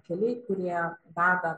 keliai kurie veda